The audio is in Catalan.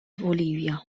bolívia